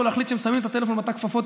ולהחליט שהם שמים את הטלפון בתא הכפפות,